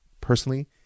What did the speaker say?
personally